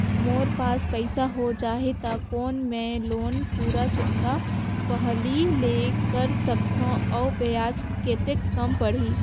मोर पास पईसा हो जाही त कौन मैं लोन पूरा चुकता पहली ले कर सकथव अउ ब्याज कतेक कम पड़ही?